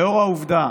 לאור העובדה